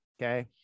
Okay